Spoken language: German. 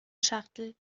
schachtel